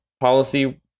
Policy